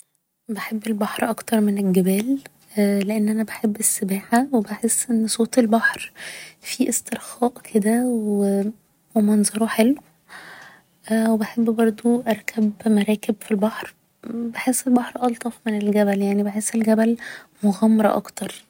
بحب البحر اكتر من الجبال لأن أنا بحب السباحة و بحس ان صوت البحر فيه استرخاء كده و منظره حلو و بحب برضه اركب مراكب في البحر بحس البحر الطف من الجبل يعين بحس الجبل مغامرة اكتر